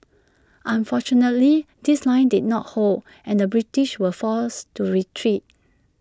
unfortunately this line did not hold and the British were forced to retreat